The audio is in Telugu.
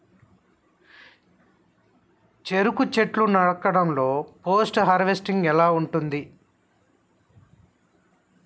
చెరుకు చెట్లు నరకడం లో పోస్ట్ హార్వెస్టింగ్ ఎలా ఉంటది?